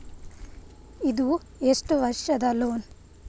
ಇದು ಎಷ್ಟು ವರ್ಷದ ಲೋನ್?